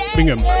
Bingham